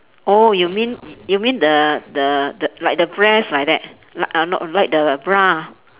oh you mean you mean the the the like the breast like that la~ uh not like the bra